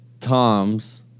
Tom's